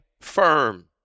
firm